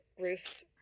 Ruth's